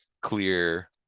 clear